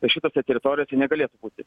tai šitose teritorijose negalėtų būti